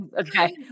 Okay